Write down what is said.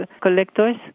collectors